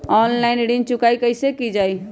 Online ऋण चुकाई कईसे की ञाई?